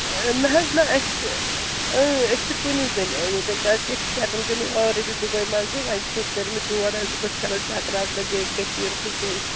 نہَ حظ نا أسۍ چھِ أسۍ چھِ کُنی زٔنۍ ٲمتۍ کیٛآزِ کہِ أسۍ چھِ سیٹٔل گٔمٕتۍ آلریڈی دُبے منٛزٕے وۅنۍ چھِ أسۍ تٔرۍمٕتۍ یور حظ اَسہِ دوٚپ أسۍ کَرو چکرا وکرا بیٚیہِ کٔشیٖر تہٕ بیٚیہِ